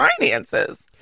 finances